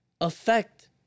affect